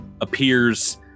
appears